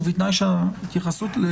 ובתנאי שההתייחסות היא לנושא.